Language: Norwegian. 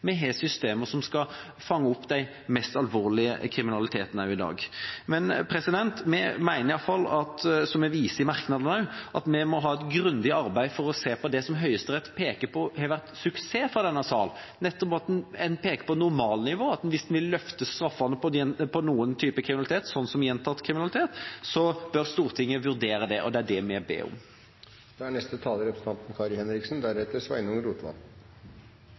Vi har systemer som skal fange opp den mest alvorlige kriminaliteten også i dag. Vi mener iallfall, som vi viser i merknadene, at vi må ha et grundig arbeid for å se på det som Høyesterett peker på har vært suksess fra denne sal, nettopp at en peker på normalnivå, at hvis en vil løfte straffene for noen typer kriminalitet, sånn som gjentatt kriminalitet, bør Stortinget vurdere det, og det er det vi ber om.